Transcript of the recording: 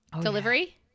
delivery